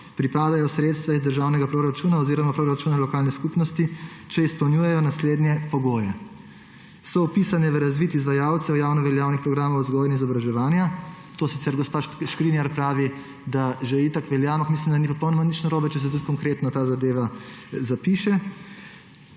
pripadajo sredstva iz državnega proračuna oziroma proračuna lokalne skupnosti, če izpolnjujejo naslednje pogoje: so vpisane v razvid izvajalcev javnoveljavnih programov vzgoje in izobraževanja …«, sicer gospa Škrinjar pravi, da to že itak velja, ampak mislim, da ni popolnoma nič narobe, če se tudi konkretno ta zadeva zapiše,